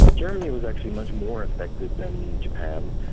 germany was actually much more affected than japan,